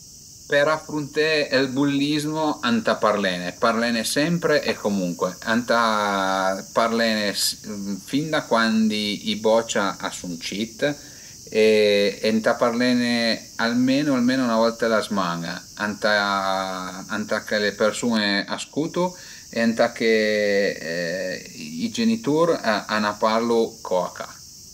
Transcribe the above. Për afrunté ël bullizmo ëntà parlene, parlene sempre e comuncue, ëntà parlene fin da cuandi i bocia a sun cit e ëntà parlene almenu almenu 'na volta a la zman-a, ëntà ëntà che le persun-a a scutu e ëntà che i genitur a ën parlu co a ca